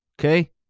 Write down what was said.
okay